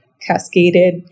cascaded